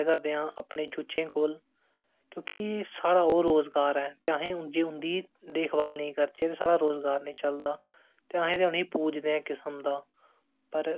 women empowerment बी ऐ जेहदे च आपे ओह् हत्थें कन्नै चीजां बनादियां ना फिर उनेंगी बेचदियां ना बजारे बिच स्टाल लाई लैदियां ना बेचदियां ना